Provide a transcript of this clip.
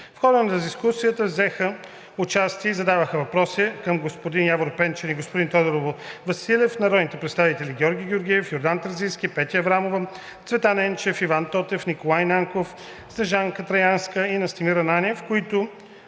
В хода на дискусията взеха участие и задаваха въпроси към господин Явор Пенчев и господин Тодор Василев народните представители: Георги Георгиев, Йордан Терзийски, Петя Аврамова, Цветан Енчев, Иван Тотев, Николай Нанков, Снежанка Траянска и Настимир Ананиев,